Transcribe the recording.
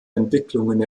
entwicklungen